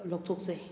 ꯂꯧꯊꯣꯛꯆꯩ